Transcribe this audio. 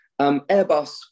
Airbus